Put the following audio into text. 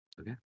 Okay